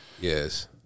Yes